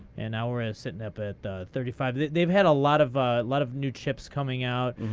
and now we're ah sitting up at thirty five. they've had a lot of ah lot of new chips coming out,